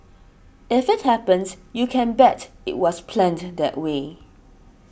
if it happens you can bet it was planned that way